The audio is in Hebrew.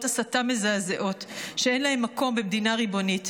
הסתה מזעזעות שאין להן מקום במדינה ריבונית,